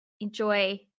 Enjoy